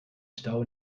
stau